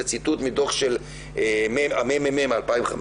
זה ציטוט מדוח של הממ"מ ב-2015